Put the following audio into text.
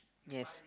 yes